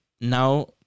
now